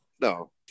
No